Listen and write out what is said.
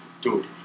dude